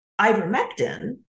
ivermectin